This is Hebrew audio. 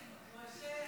משה,